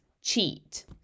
cheat